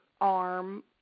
arm